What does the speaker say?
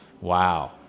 Wow